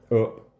Up